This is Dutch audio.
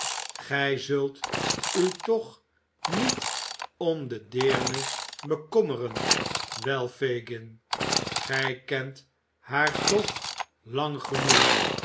gij zult u toch niet om de deerne bekommeren wel fagin gij kent haar toch lang genoeg